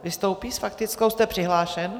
Vystoupí s faktickou... jste přihlášen.